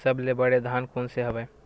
सबले बने धान कोन से हवय?